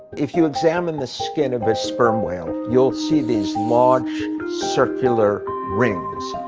if you examine the skin of a sperm whale, you'll see these large circular rings.